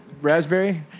Raspberry